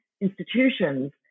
institutions